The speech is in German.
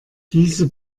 diese